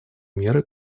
меры